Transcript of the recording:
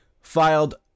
filed